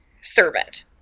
servant